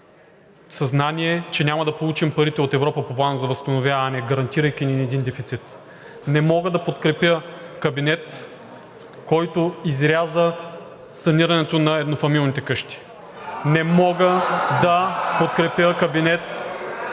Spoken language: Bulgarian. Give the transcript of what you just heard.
съзнание, че няма да получим парите от Европа по Плана за възстановяване, гарантирайки ни един дефицит. Не мога да подкрепя кабинет, който изряза санирането на еднофамилните къщи. (Шум и възгласи от